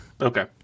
Okay